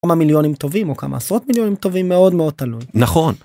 כמה מיליונים טובים או כמה עשרות מיליונים טובים מאוד מאוד תלוי. נכון.